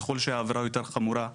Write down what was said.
ככל שהעבירה יותר חמורה,